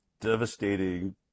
devastating